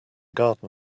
garden